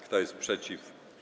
Kto jest przeciw?